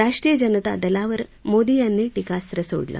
राष्ट्रीय जनता दलावर मोदी यांनी टीकास्व सोडलं